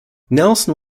nelson